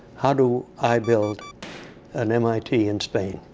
how do i build an mit in spain?